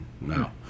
No